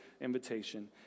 invitation